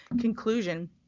conclusion